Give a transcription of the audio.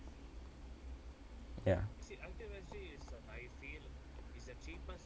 ya